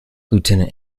lieutenant